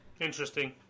interesting